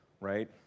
right